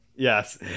Yes